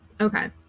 Okay